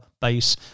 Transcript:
base